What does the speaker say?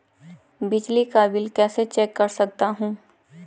बिजली का बिल कैसे चेक कर सकता हूँ?